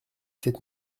sept